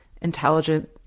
intelligent